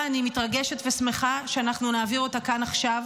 אני מתרגשת ושמחה שאנחנו נעביר אותה כאן עכשיו,